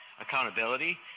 accountability